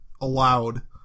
allowed